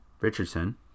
Richardson